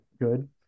good